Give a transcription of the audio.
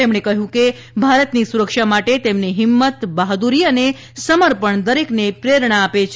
તેમણે કહ્યું કે ભારતની સુરક્ષા માટે તેમની હિંમત બહાદુરી અને સમર્પણ દરેકને પ્રેરણા આપે છે